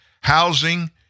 Housing